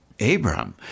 Abram